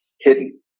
hidden